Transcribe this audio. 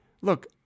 Look